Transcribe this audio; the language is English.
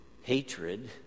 hatred